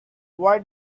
why